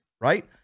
right